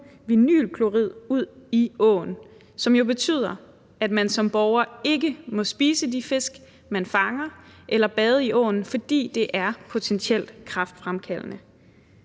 vinylklorid ud i åen, som jo betyder, at man som borger ikke må spise de fisk, man fanger, eller bade i åen, fordi det er potentielt kræftfremkaldende?